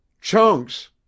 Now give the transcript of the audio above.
Chunks